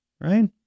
right